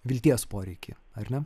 vilties poreikį ar ne